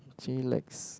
chillax